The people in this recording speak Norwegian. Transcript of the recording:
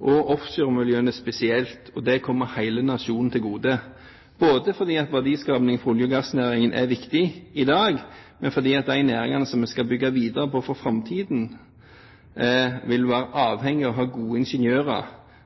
og offshoremiljøene spesielt. Det kommer hele nasjonen til gode, både fordi verdiskapingen fra olje- og gassnæringen er viktig i dag, og fordi de næringene som vi skal bygge videre på i framtiden, vil være avhengige av å ha gode ingeniører